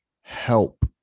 help